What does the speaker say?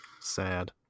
Sad